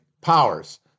powers